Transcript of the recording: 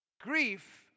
Grief